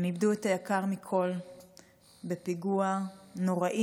הם איבדו את היקר מכול בפיגוע נוראי,